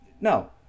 no